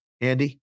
Andy